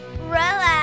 relax